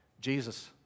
Jesus